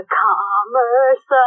commerce